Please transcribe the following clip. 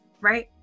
right